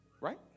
right